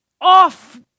off